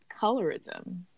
colorism